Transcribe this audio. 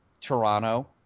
Toronto